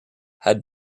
had